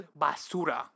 basura